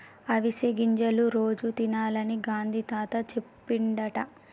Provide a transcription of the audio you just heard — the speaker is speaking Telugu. అవిసె గింజలు రోజు తినాలని గాంధీ తాత చెప్పిండట